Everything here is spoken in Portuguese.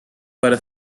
para